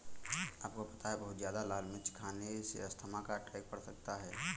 आपको पता है बहुत ज्यादा लाल मिर्च खाने से अस्थमा का अटैक पड़ सकता है?